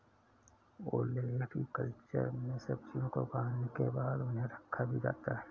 olericulture में सब्जियों को उगाने के बाद उन्हें रखा भी जाता है